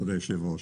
בבקשה.